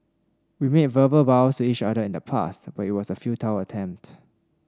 we made verbal vows each other in the past but it was a futile attempt